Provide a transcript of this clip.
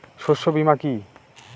শস্য বীমা কি?